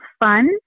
fun